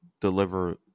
deliver